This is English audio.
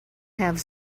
have